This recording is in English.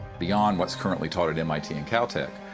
beyond what's currently taught at mit and caltech,